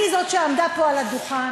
אני זו שעמדה פה על הדוכן.